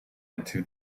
into